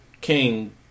King